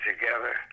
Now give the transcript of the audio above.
together